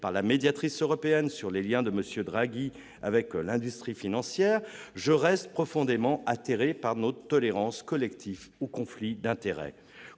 par la médiatrice européenne sur les liens de M. Draghi avec l'industrie financière, je reste profondément atterré par notre tolérance collective aux conflits d'intérêts.